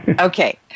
Okay